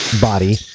body